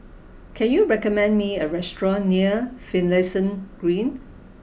can you recommend me a restaurant near Finlayson Green